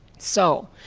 so